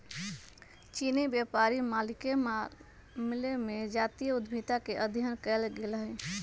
चीनी व्यापारी मालिके मामले में जातीय उद्यमिता के अध्ययन कएल गेल हइ